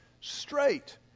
straight